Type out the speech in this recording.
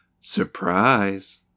Surprise